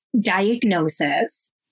diagnosis